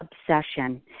obsession